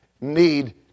need